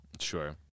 Sure